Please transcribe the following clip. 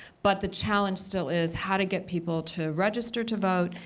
but the challenge still is how to get people to register to vote,